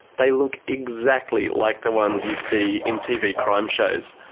they look exactly like the ones you see in tv crime shows.